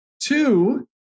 Two